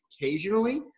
occasionally